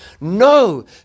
No